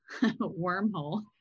wormhole